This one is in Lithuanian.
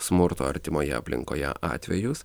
smurto artimoje aplinkoje atvejus